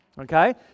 Okay